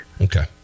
Okay